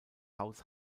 haus